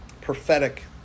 prophetic